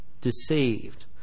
deceived